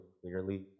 clearly